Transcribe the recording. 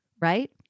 right